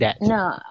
No